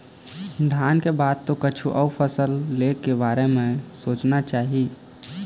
धान के बाद तो कछु अउ फसल ले के बारे म सोचना चाही